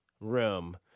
room